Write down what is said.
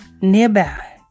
nearby